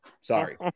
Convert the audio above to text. sorry